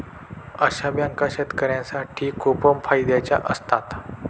अशा बँका शेतकऱ्यांसाठी खूप फायद्याच्या असतात